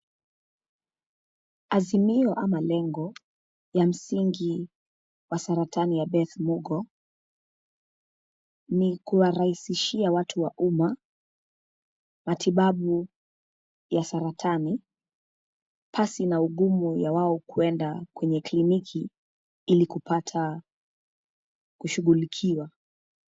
Azimio ama lengo, ya msingi wa saratani ya Beth Mugo. Ni kuwarahisishia watu wa umma, matibabu ya saratani, pasi na ugumu ya wao kuenda kwenye kliniki ili kupata kushughulikiwa.